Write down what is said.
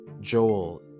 Joel